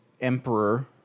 emperor